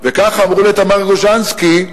וכך אמרו לתמר גוז'נסקי,